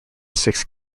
six